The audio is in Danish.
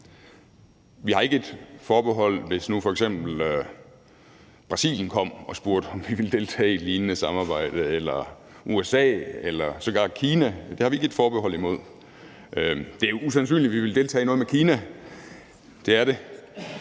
Vi har ikke et forbehold, hvis nu f.eks. Brasilien kom og spurgte, om vi ville deltage i et lignende samarbejde – eller USA eller sågar Kina. Det har vi ikke et forbehold imod. Det er usandsynligt, at vi ville deltage i noget med Kina, det er det,